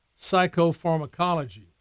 psychopharmacology